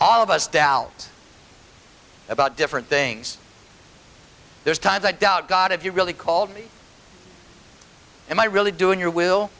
all of us doubts about different things there's times i doubt god if you really called him i really do in your will